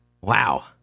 wow